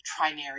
trinary